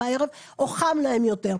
בערב או חם להם יותר.